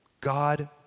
God